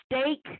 steak